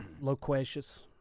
Loquacious